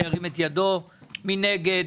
מי נגד?